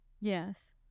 yes